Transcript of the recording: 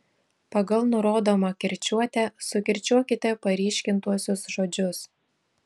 pagal nurodomą kirčiuotę sukirčiuokite paryškintuosius žodžius